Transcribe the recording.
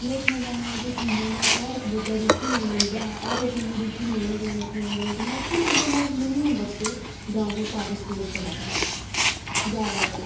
नच्चने गाने बिच्च मतलब हर इक बच्चा रुचि नेईं लैंदा ऐ हर बच्चे गी इन्नी रुची नेईं होंदी ऐ नच्चने गाने बिच्च मैक्सिमम के मिनिमम बच्चे डॉंस च पार्टिसपेट करदे जैदातर